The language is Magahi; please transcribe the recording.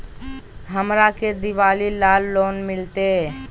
हमरा के दिवाली ला लोन मिलते?